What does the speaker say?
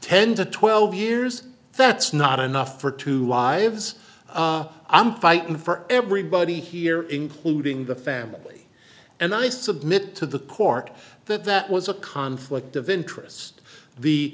ten to twelve years that's not enough for two lives i'm fighting for everybody here including the family and i submit to the court that that was a conflict of interest the